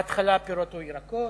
בהתחלה הפירות והירקות,